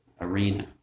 arena